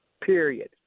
Period